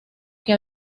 que